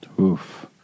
Oof